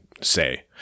say